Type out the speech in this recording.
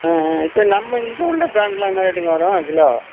ஆ ஆ இப்போ நம்ம இங்கே உள்ள ப்ராண்ட்லாம் என்ன ரேட்டுங்க வரும் கிலோ